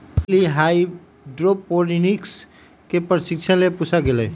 lily hydroponics के प्रशिक्षण लेवे पूसा गईलय